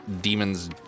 demons